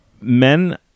men